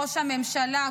ראש הממשלה,